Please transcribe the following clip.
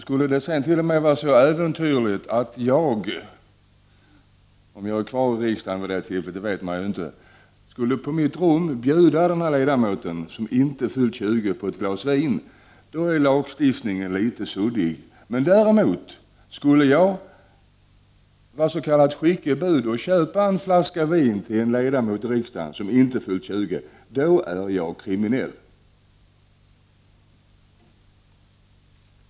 Skulle det sedan vara så äventyrligt att jag — om jag är kvar i riksdagen vid det tillfället vet man ju inte — på mitt rum skulle bjuda denna ledamot som inte fyllt 20 år på ett glas vin, är lagstiftningen i det fallet litet suddig. Men skulle jag vara s.k. skickebud och köpa en flaska vin till en ledamot av riks dagen som inte fyllt 20 år är jag kriminell.